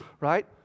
right